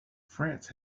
france